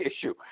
issue